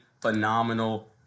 phenomenal